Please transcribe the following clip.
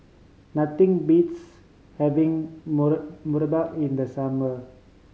nothing beats having murtabak in the summer